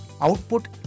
output